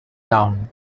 down